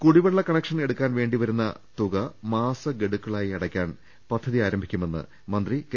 കുടിവെള്ള കണക്ഷൻ എടുക്കാൻ വേണ്ടിൾ വരുന്ന തുക മാസ ഗഡുക്കളായി അടയ്ക്കാൻ പദ്ധതി ആരംഭിക്കുമെന്ന് മന്ത്രി കെ